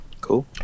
Cool